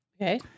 Okay